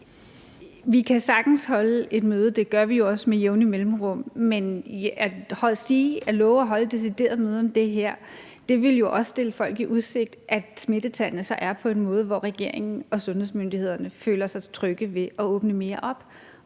Vi kan sagtens holde et møde. Det gør vi jo også med jævne mellemrum. Men at love at holde et møde decideret om det her ville jo stille folk i udsigt, at smittetallene er på en måde, hvor regeringen og sundhedsmyndighederne føler sig trygge ved at åbne mere op,